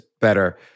better